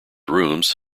rooms